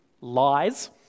lies